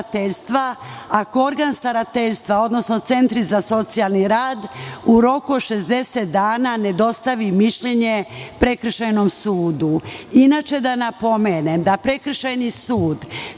ako organ starateljstva, odnosno centri za socijalni rad, u roku od 60 dana ne dostavi mišljenje prekršajnom sudu. Inače, da napomenem da prekršajni sud,